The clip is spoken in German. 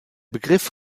begriff